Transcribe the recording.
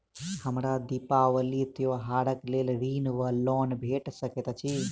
हमरा दिपावली त्योहारक लेल ऋण वा लोन भेट सकैत अछि?